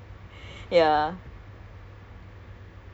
but my project requires me to work with